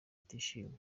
atishimye